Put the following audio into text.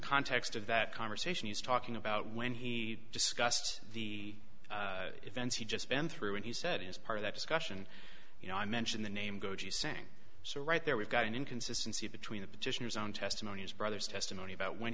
context of that conversation was talking about when he discussed the events he'd just been through and he said as part of that discussion you know i mentioned the name goji saying so right there we've got an inconsistency between the petitioners own testimony his brother's testimony about when